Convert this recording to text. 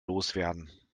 loswerden